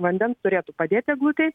vandens turėtų padėt eglutei